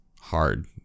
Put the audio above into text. hard